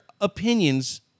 opinions